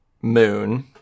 moon